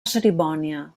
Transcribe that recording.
cerimònia